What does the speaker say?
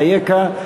אייכה?